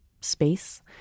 space